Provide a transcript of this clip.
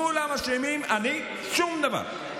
כולם אשמים, אני, שום דבר.